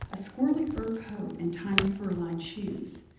a squirrelly fur coat and tiny, fur lined shoes.